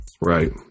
Right